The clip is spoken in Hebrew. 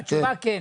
התשובה היא כן.